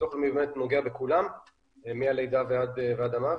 ביטוח לאומי נוגע בכולם מהלידה ועד המוות,